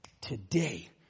Today